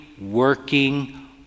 working